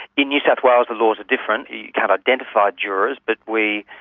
in new south wales the laws are different. you can identify jurors but we,